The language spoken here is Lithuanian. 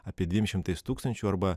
apie dviem šimtais tūkstančių arba